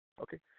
okay